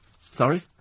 Sorry